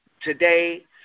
today